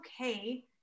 okay